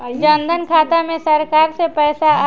जनधन खाता मे सरकार से पैसा आई?